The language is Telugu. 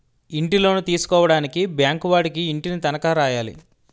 ఇంటిలోను తీసుకోవడానికి బ్యాంకు వాడికి ఇంటిని తనఖా రాయాలి